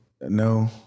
No